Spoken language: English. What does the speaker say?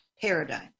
paradigm